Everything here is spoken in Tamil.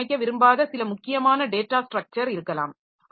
மாற்றியமைக்க விரும்பாத சில முக்கியமான டேட்டா ஸ்ட்ரக்சர் இருக்கலாம்